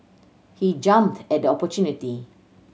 he jumped at the opportunity